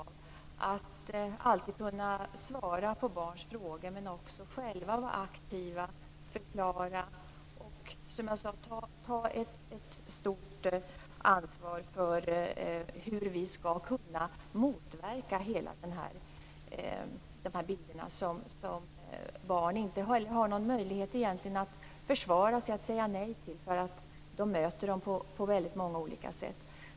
Vi måste alltid kunna svara på barns frågor, men också själva vara aktiva, förklara och, som jag sade, ta ett stort ansvar när det gäller att motverka effekten av de bilder som barn egentligen inte har någon möjlighet att försvara sig mot eller säga nej till. De möter dem på väldigt många olika sätt.